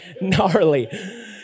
Gnarly